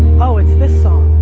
oh, it's this song.